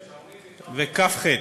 "שרונים" ו"כ.ח".